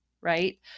right